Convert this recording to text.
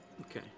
Okay